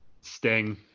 Sting